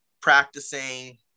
practicing